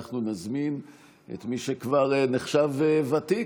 אנחנו נזמין את מי שכבר נחשב ותיק,